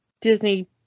Disney